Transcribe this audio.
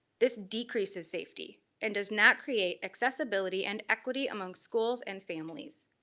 this decreases safety and does not create accessibility and equity among schools and families.